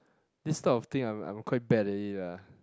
this type of thing I am I am quite bad at it lah